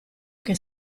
che